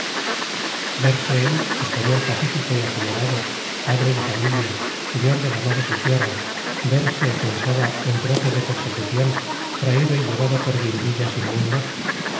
verse él español pacífico y acomodado padre de familia señor de ganados y tierras verse pensaba en trotes de persecución traído y llevado por guindillas inmundos